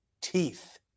teeth